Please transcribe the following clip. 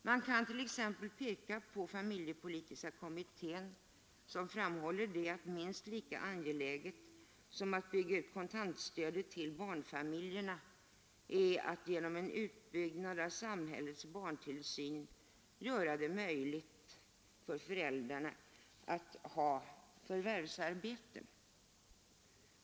Man kan t.ex. peka på familjepolitiska kommittén, som framhåller att minst lika angeläget som att bygga ut kontantstödet till barnfamiljerna är att genom en utbyggnad av samhällets barntillsyn göra det möjligt för föräldrarna att ha förvärvsarbete.